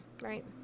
right